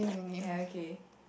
ya okay